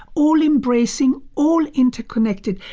all-embracing, all interconnected.